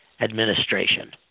administration